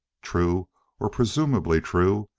true or presumably true,